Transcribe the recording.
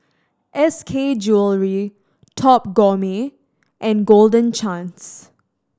S K Jewellery Top Gourmet and Golden Chance